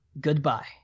goodbye